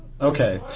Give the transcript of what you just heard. Okay